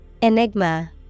Enigma